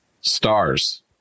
stars